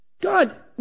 God